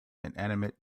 inanimate